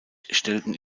stellten